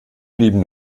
blieben